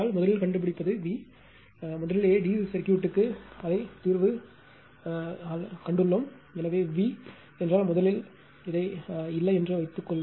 முதலிலேயே DC சர்க்யூட்க்கு தீர்வு கண்டுள்ளோம்